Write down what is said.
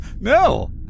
No